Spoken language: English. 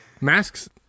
Masks